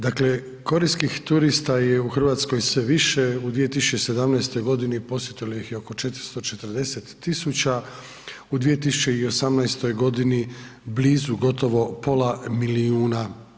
Dakle, korejskih turista je u Hrvatskoj sve više u 2017. godini posjetilo ih je oko 440.000, u 2018. godini blizu gotovo pola milijuna.